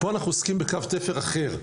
פה אנחנו עוסקים בקו תפר אחר,